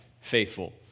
Faithful